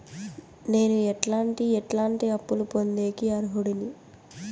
నేను ఎట్లాంటి ఎట్లాంటి అప్పులు పొందేకి అర్హుడిని?